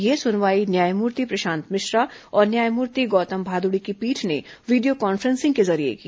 यह सुनवाई न्यायमूर्ति प्रशांत मिश्रा और न्यायमूर्ति गौतम भादुड़ी की पीठ ने वीडियो कॉन फ्रेंसिंग के जरिए की